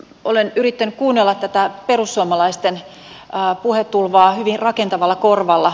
olen yrittänyt kuunnella tätä perussuomalaisten puhetulvaa hyvin rakentavalla korvalla